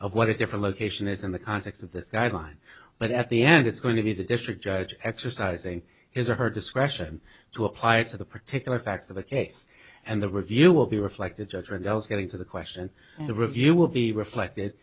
of what a different location is in the context of this guideline but at the end it's going to be the district judge exercising his or her discretion to apply to the particular facts of the case and the review will be reflected judge rebels going to the question the review will be reflected